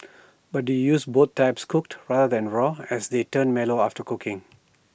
but do use both types cooked rather than raw as they turn mellow after cooking